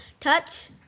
touch